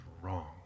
wrong